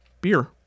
beer